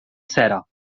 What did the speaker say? sera